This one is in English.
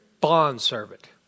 bondservant